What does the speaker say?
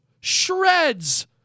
shreds